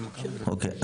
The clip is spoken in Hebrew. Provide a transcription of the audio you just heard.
אוקיי.